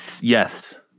yes